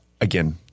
again